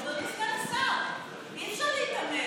אדוני סגן השר, אי-אפשר להיתמם.